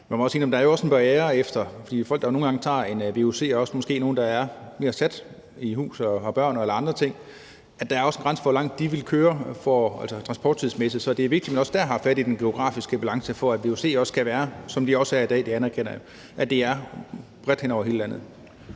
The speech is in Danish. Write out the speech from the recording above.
man må indrømme, at der jo også er en barriere. For folk, der tager en vuc, er måske også nogle gange nogle, der er mere satte med hus eller børn eller andre ting; der er også en grænse for, hvor langt de vil køre, altså transporttidsmæssigt. Så det er vigtigt, at man også dér har fat i den geografiske balance, for at vuc også kan være – som de også er i dag, det anerkender jeg – bredt hen over hele landet.